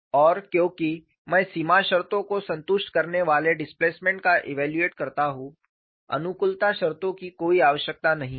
और क्योंकि मैं सीमा शर्तों को संतुष्ट करने वाले डिस्प्लेसमेंट का इव्यालूएट करता हूं अनुकूलता शर्तों की कोई आवश्यकता नहीं है